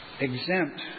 exempt